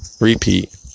repeat